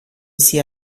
sia